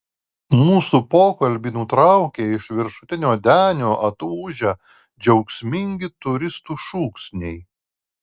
mūsų pokalbį nutraukė iš viršutinio denio atūžę džiaugsmingi turistų šūksniai